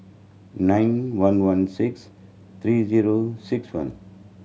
nine one one six three zero six one